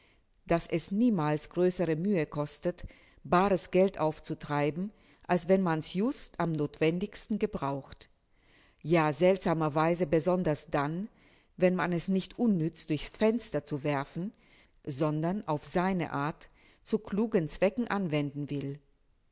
daß es niemals größere mühe kostet baares geld aufzutreiben als wenn man's just am nothwendigsten gebraucht ja seltsamer weise besonders dann wenn man es nicht unnütz durch's fenster zu werfen sondern auf seine art zu klugen zwecken anwenden will